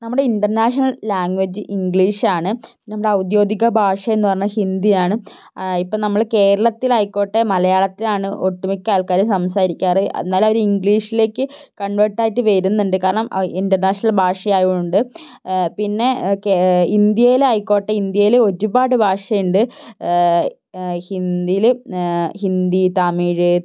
നമ്മുടെ international language ഇംഗ്ലീഷാണ് നമ്മുടെ ഔദ്യോഗിക ഭാഷയെന്നു പറഞ്ഞാൽ ഹിന്ദിയാണ് ഇപ്പോൾ നമ്മൾ കേരളത്തിലായിക്കോട്ടെ മലയാളത്തിലാണ് ഒട്ടുമിക്ക ആൾക്കാരും സംസാരിക്കാറ് എന്നാലും അവർ ഇംഗ്ലീഷിലേക്ക് കൺവേർട്ടായിട്ട് വരുന്നുണ്ട് കാരണം ആ ഇൻ്റർനാഷണൽ ഭാഷയായതുകൊണ്ട് പിന്നെ ഇന്ത്യയിലായിക്കോട്ടെ ഇന്ത്യയിലെ ഒരുപാട് ഭാഷയുണ്ട് ഹിന്ദിയിൽ ഹിന്ദി തമിഴ്